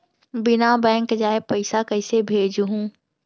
बिना बैंक जाये पइसा कइसे भेजहूँ?